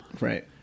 Right